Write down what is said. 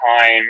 time